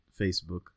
Facebook